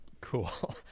cool